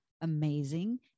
amazing